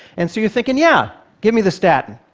and so you're thinking, yeah! give me the statin.